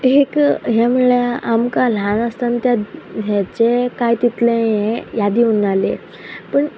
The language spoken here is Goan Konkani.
एक हे म्हणल्या आमकां ल्हान आसताना त्या हेचे कांय तितले हे यादी उरनासले पूण